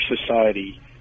society